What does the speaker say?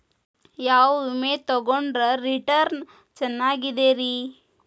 ಯಾವ ವಿಮೆ ತೊಗೊಂಡ್ರ ರಿಟರ್ನ್ ಚೆನ್ನಾಗಿದೆರಿ?